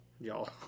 Y'all